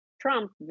Trump